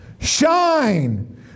Shine